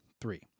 Three